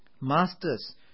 Masters